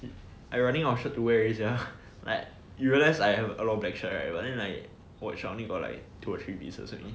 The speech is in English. I running out of shirts to wear already sia like you realise I have a lot of black shirt right but then like watch I only have two or three pieces only